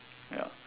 ya